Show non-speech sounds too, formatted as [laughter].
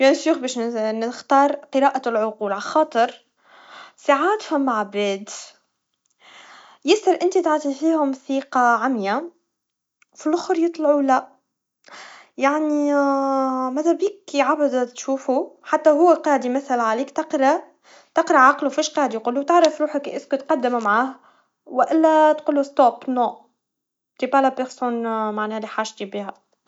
بكل تأكيد باش نز- نختار قراءة العقول, عخاطر ساعات ثما عباد, ياسر انتا تعطي فيهم ثقا عاميا, وفاللآخر يطلعوا, لا, يعني [hesitation] ماذا بيك يا عبد انت تشوفه حتى وهوا قادم مثلاً عليك تقرا- تقرا عقلوا, فاش قاعد يقول, وتعرف روحك إذ قد قدم معاه, وإلا تقولوا توقف لا, لست الشخص معنا لحاجا تبيها.